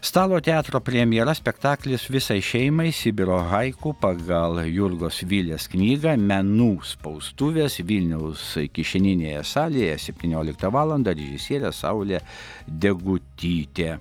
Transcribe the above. stalo teatro premjera spektaklis visai šeimai sibiro haiku pagal jurgos vilės knygą menų spaustuvės vilniaus kišeninėje salėje septynioliktą valandą režisierė saulė degutytė